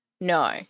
No